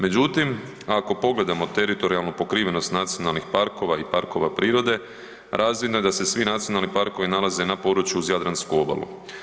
Međutim ako pogledamo teritorijalnu pokrivenost nacionalnih parkova i parkova prirode, razvidno je da svi nacionalni parkovi nalaze na području uz Jadransku obalu.